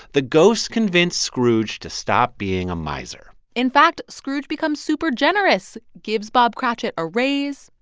the ghosts convince scrooge to stop being a miser in fact, scrooge becomes super generous, gives bob cratchit a raise,